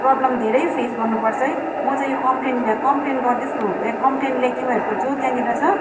problem धेरै face गर्नुपर्छ है म चाहिँ यो कम्प्लेन कम्प्लेन गर्दैछु कम्प्लेनले तिमीहरूको जो त्यहाँनिर छ